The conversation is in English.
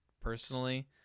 personally